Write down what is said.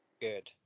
good